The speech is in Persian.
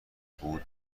بود